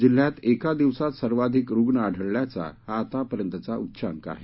जिल्ह्यात एका दिवसात सर्वाधीक रुग्ण आढळल्याचा हा आतापर्यंतचा उच्चांक आहे